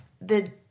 the-